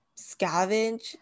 scavenge